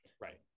Right